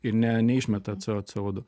ir ne neišmeta co co du